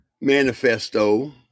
manifesto